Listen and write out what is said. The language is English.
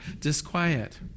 disquiet